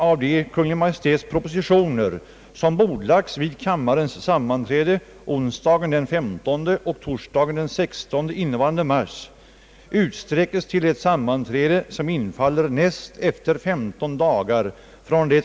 Statens institut för folkhälsan torde f. n. inte ha kapacitet att öka sina undersökningar. De erfarenheter man hittills vunnit synes böra ligga till grund för en planering över hur undersökningsarbetet i fortsättningen skall bedrivas.